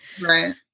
Right